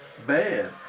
bad